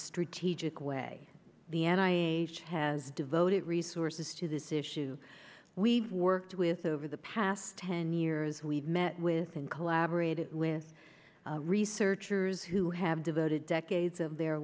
strategic way the an i a f has devoted resources to this issue we've worked with over the past ten years we've met with and collaborated with researchers who have devoted decades of their